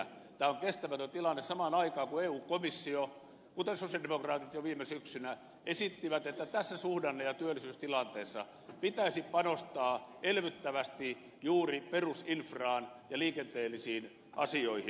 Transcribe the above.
tämä on kestämätön tilanne samaan aikaan kun eu komissio esittää kuten sosialidemokraatit jo viime syksynä esittivät että tässä suhdanne ja työllisyystilanteessa pitäisi panostaa elvyttävästi juuri perusinfraan ja liikenteellisiin asioihin